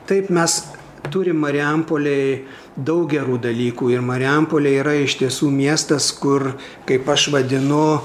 taip mes turim marijampolėj daug gerų dalykų ir marijampolė yra iš tiesų miestas kur kaip aš vadinu